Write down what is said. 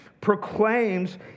proclaims